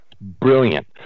Brilliant